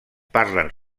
parlen